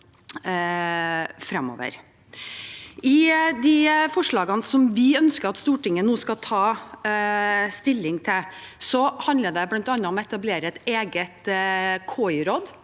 I de forslagene som vi ønsker at Stortinget nå skal ta stilling til, handler det bl.a. om å etablere et eget KI-råd